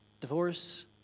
divorce